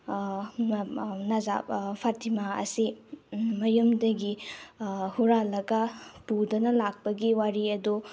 ꯅꯖꯥꯞ ꯐꯇꯤꯃꯥ ꯑꯁꯤ ꯃꯌꯨꯝꯗꯒꯤ ꯍꯨꯔꯥꯜꯂꯒ ꯄꯨꯗꯅ ꯂꯥꯛꯄꯒꯤ ꯋꯥꯔꯤ ꯑꯗꯣ